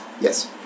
Yes